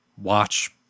watch